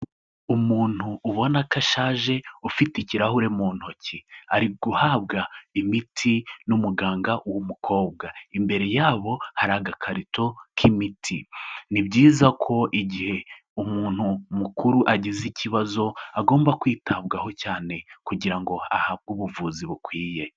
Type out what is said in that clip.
Umuntu ubona ko ashaje, ufite ikirahure mu ntoki, ari guhabwa imiti n'umuganga w'umukobwa. Imbere yabo hari agakarito k'imiti. Ni byiza ko igihe umuntu mukuru agize ikibazo agomba kwitabwaho cyane, kugira ngo ahabwe ubuvuzi bukwiye.